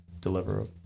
deliver